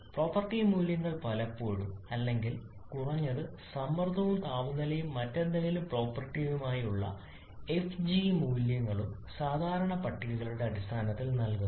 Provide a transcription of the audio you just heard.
property മൂല്യങ്ങൾ പലപ്പോഴും അല്ലെങ്കിൽ കുറഞ്ഞത് സമ്മർദ്ദവും താപനിലയും മറ്റേതെങ്കിലും പ്രോപ്പർട്ടിയുടെ എഫ് ജി മൂല്യങ്ങളും സാധാരണ പട്ടികകളുടെ അടിസ്ഥാനത്തിൽ നൽകുന്നു